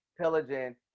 pillaging